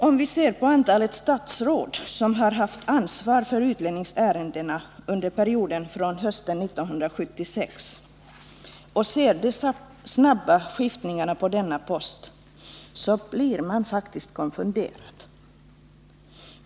Om man ser till antalet statsråd som har haft ansvar för utlänningsärendena från hösten 1976 och om man ser till de snabba skiftningarna på denna post blir man faktiskt konfunderad.